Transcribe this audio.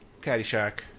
Caddyshack